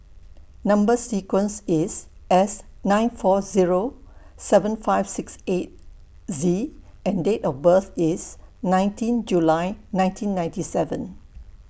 Number sequence IS S nine four Zero seven five six eight Z and Date of birth IS nineteen July nineteen ninety seven